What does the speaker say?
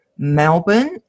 Melbourne